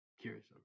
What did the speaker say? Curious